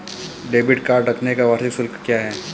Debit card रखने का वार्षिक शुल्क क्या है?